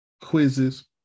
quizzes